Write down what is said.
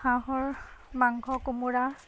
হাঁহৰ মাংস কোমোৰা